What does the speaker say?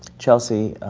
chelsea,